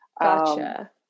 Gotcha